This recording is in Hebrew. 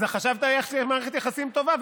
אז חשבת שיש מערכת יחסים טובה,